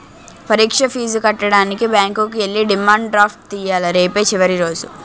పరీక్ష ఫీజు కట్టడానికి బ్యాంకుకి ఎల్లి డిమాండ్ డ్రాఫ్ట్ తియ్యాల రేపే చివరి రోజు